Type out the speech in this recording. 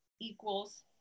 equals